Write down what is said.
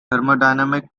thermodynamic